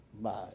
Bye